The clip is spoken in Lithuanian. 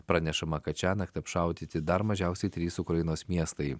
pranešama kad šiąnakt apšaudyti dar mažiausiai trys ukrainos miestai